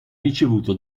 ricevuto